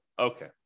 Okay